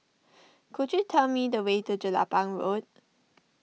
could you tell me the way to Jelapang Road